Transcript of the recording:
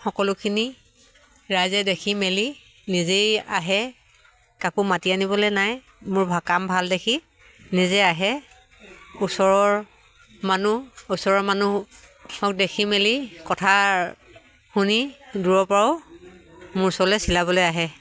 সকলোখিনি ৰাইজে দেখি মেলি নিজেই আহে কাকো মাতি আনিবলৈ নাই মোৰ ভা কাম ভাল দেখি নিজে আহে ওচৰৰ মানুহ ওচৰৰ মানুহক দেখি মেলি কথা শুনি দূৰৰ পৰাও মোৰ ওচৰলৈ চিলাবলৈ আহে